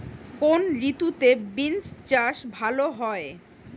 কোন ঋতুতে বিন্স চাষ ভালো হয়?